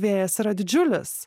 vėjas yra didžiulis